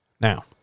Now